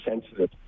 sensitive